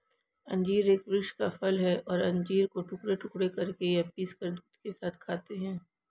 अंजीर एक वृक्ष का फल है और अंजीर को टुकड़े टुकड़े करके या पीसकर दूध के साथ खाते हैं